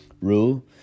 rule